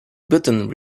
button